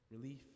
relief